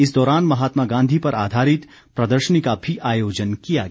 इस दौरान महात्मा गांधी पर आधारित प्रदर्शनी का भी आयोजन किया गया